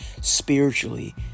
spiritually